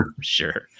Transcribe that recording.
Sure